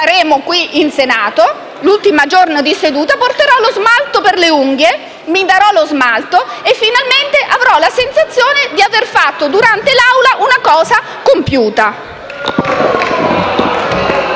sensazione di aver fatto durante la seduta una cosa compiuta.